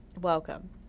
Welcome